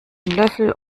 löffel